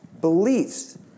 beliefs